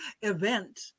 event